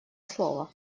слова